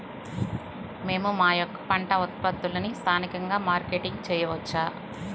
మేము మా యొక్క పంట ఉత్పత్తులని స్థానికంగా మార్కెటింగ్ చేయవచ్చా?